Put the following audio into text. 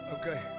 Okay